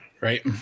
Right